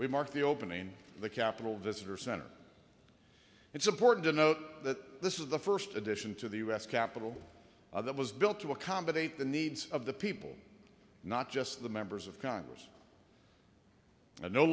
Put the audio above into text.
we marked the opening of the capitol visitor center it's important to note that this is the first edition to the u s capitol that was built to accommodate the needs of the people not just the members of congress and no